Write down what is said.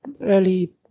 early